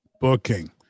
booking